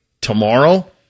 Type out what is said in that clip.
tomorrow